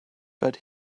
but